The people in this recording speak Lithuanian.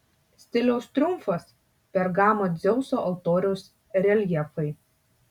stiliaus triumfas pergamo dzeuso altoriaus reljefai